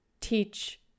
teach